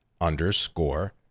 underscore